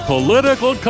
Political